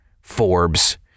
Forbes